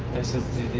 this is the